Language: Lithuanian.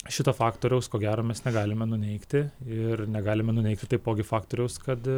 šito faktoriaus ko gero mes negalime nuneigti ir negalime nuneigti taipogi faktoriaus kad